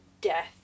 death